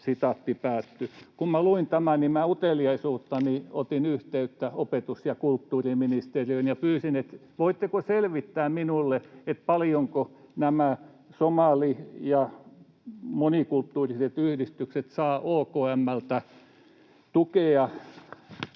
Kun minä luin tämän, niin minä uteliaisuuttani otin yhteyttä opetus‑ ja kulttuuriministeriöön ja pyysin, voitteko selvittää minulle, paljonko nämä somali‑ ja monikulttuuriset yhdistykset saavat OKM:ltä tukea,